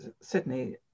Sydney